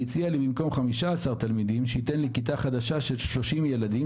הוא הציע לתת לי כיתה חדשה של 30 ילדים